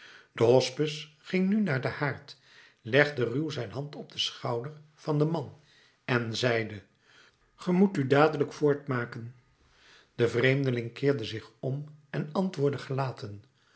de hospes ging nu naar den haard legde ruw zijn hand op den schouder van den man en zeide ge moet u dadelijk voortmaken de vreemdeling keerde zich om en antwoordde gelaten